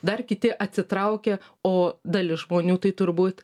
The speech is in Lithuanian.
dar kiti atsitraukia o dalis žmonių tai turbūt